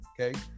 Okay